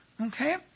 Okay